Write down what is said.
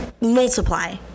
multiply